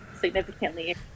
significantly